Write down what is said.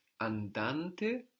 andante